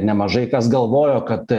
nemažai kas galvojo kad